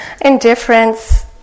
Indifference